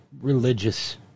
religious